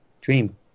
dream